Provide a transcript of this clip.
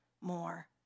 more